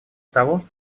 того